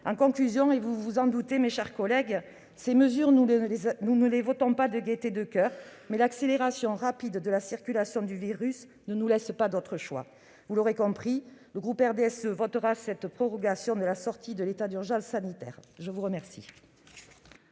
En conclusion, je dirai que, vous vous en doutez, mes chers collègues, nous ne votons pas ces mesures de gaieté de coeur, mais l'accélération rapide de la circulation du virus ne nous laisse pas d'autre choix. Vous l'aurez compris, le groupe RDSE votera cette prorogation de la sortie de l'état d'urgence sanitaire. La parole